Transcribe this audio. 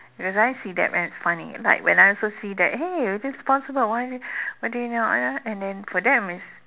cause I see that as funny like when I also see that hey that's possible why why are they not uh and then for them it's